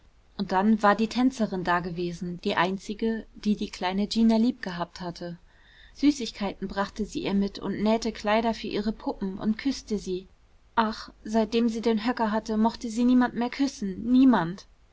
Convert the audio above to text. und dann war die tänzerin dagewesen die einzige die die kleine gina lieb gehabt hatte süßigkeiten brachte sie ihr mit und nähte kleider für ihre puppen und küßte sie ach seitdem sie den höcker hatte mochte sie niemand mehr küssen niemand